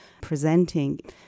presenting